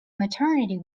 maternity